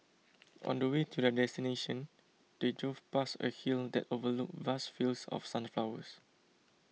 on the way to their destination they drove past a hill that overlooked vast fields of sunflowers